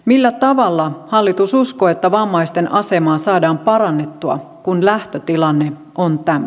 millä tavalla hallitus uskoo että vammaisten asemaa saadaan parannettua kun lähtötilanne on tämä